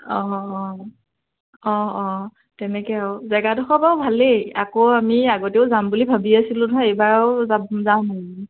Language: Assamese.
অঁ অঁ অঁ অঁ তেনেকৈ আৰু জেগাডোখৰ বাৰু ভালেই আকৌ আমি আগতেও যাম বুলি ভাবিয়ে আছিলোঁ নহয় এইবাৰ আৰু যাম আৰু